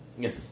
Yes